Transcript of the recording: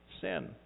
sin